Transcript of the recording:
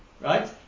right